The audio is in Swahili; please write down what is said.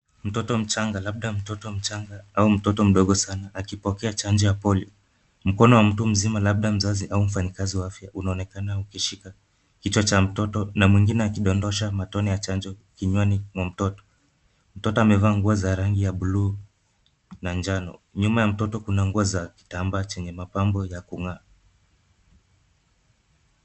Mtoto mchanga labda mtoto mchanga au mtoto mdogo sana akipokea chanjo ya (cs)polio(cs). Mkono wa mtu mzima labda mzazi au mfanyikazi wa unaonekana ukishika kichwa cha mtoto, na mwingine akidondosha matone ya chanjo kinywani mwa mtoto. Mtoto amevaa nguo za rangi ya bluu na njano. Nyuma ya mtoto kuna nguo za kitambaa chenye mapambo ya kung'aa.